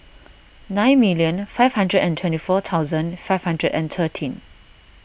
nine million five hundred and twenty four thousand five hundred and thirteen